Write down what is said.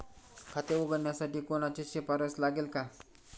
खाते उघडण्यासाठी कोणाची शिफारस लागेल का?